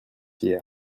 hier